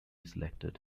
selected